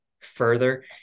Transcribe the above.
further